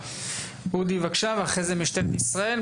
אודי בבקשה ואחר-כך משטרת ישראל.